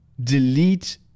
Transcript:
delete